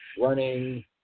running